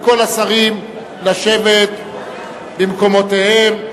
מכל השרים לשבת במקומותיהם.